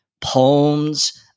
poems